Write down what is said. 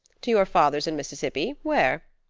to your father in mississippi? where?